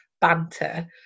banter